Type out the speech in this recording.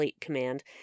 Command